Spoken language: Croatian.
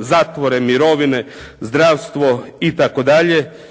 zatvore, mirovine, zdravstvo itd.